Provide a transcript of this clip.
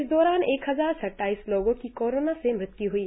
इस दौरान एक हजार सत्ताईस लोगों की कोरोना से मृत्यु ह्ई